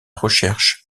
recherche